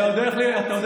אתה יודע איך להתנהג.